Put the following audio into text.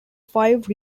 five